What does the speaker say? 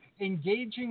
engaging